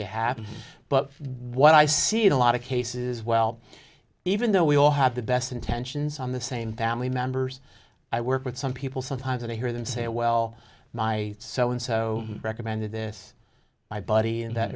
they happen but what i see it a lot of cases well even though we all have the best intentions on the same family members i work with some people sometimes and i hear them say well my so and so recommended this my buddy and that